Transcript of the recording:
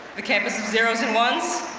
the campus of zeros and ones,